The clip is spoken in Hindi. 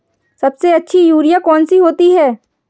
सबसे अच्छी यूरिया कौन सी होती है?